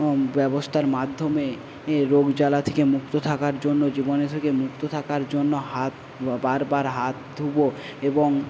ব্যবস্থার মাধ্যমে রোগজ্বালা থেকে মুক্ত থাকার জন্য জীবাণু থেকে মুক্ত থাকার জন্য হাত বারবার হাত ধোব এবং